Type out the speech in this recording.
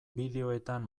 bideoetan